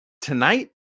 tonight